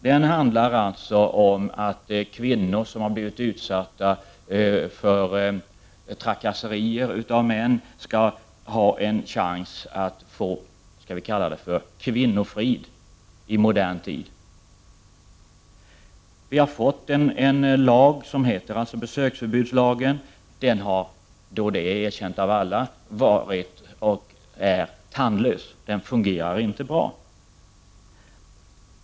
Den innebär att kvinnor som har blivit utsatta för trakasserier från män skall ha en chans att få ett slags kvinnofrid i modern tid. Besöksförbudslagen är tandlös, det är erkänt av alla. Den fungerar inte bra.